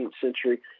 century